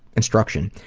instruction.